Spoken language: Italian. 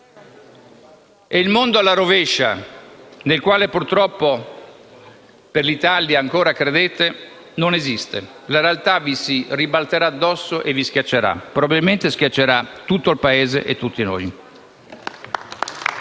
e il mondo alla rovescia nel quale, purtroppo per l'Italia, ancora credete, non esiste: la realtà vi si ribalterà addosso e vi schiaccerà. Probabilmente schiaccerà tutto il Paese e tutti noi.